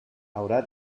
haurà